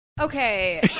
Okay